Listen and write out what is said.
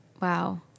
Wow